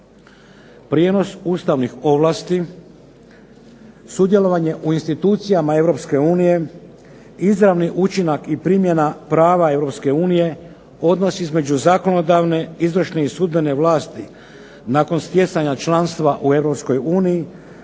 prijenos ustavnih ovlasti, sudjelovanje u institucijama EU, izravni učinak i primjena prava EU, odnos između zakonodavne, izvršne i sudbene vlasti nakon stjecanja članstva u EU